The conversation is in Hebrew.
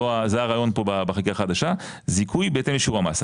זה הרעיון פה בחקיקה החדשה זיכוי בהתאם לשיעור המס.